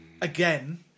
again